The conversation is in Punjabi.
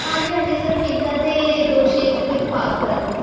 ਹਾਂਜੀ ਹਾਂਜੀ ਸਰ ਪੀਜ਼ਾ ਅਤੇ ਦੋ ਸ਼ੇਕਸ ਵਿਦ ਪਾਸਤਾ ਸੀ